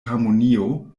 harmonio